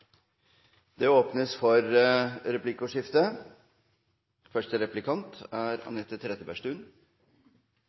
Det åpnes for replikkordskifte. Arbeid og familie er